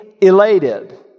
elated